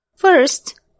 First